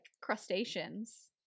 crustaceans